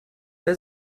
wer